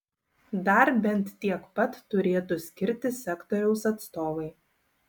dar bent tiek pat turėtų skirti sektoriaus atstovai